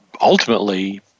ultimately